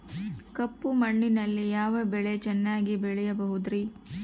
ಕಪ್ಪು ಮಣ್ಣಿನಲ್ಲಿ ಯಾವ ಬೆಳೆ ಚೆನ್ನಾಗಿ ಬೆಳೆಯಬಹುದ್ರಿ?